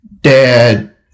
dad